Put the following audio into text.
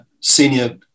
senior